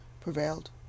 prevailed